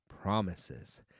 promises